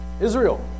Israel